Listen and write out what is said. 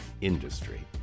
industry